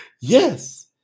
Yes